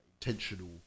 intentional